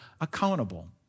accountable